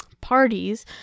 parties